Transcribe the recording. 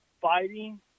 fighting